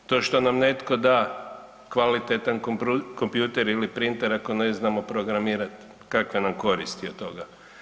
To šta nam netko da kvalitetan kompjuter ili printer ako ne znamo programirat kakve nam koristi od toga.